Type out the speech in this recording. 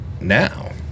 now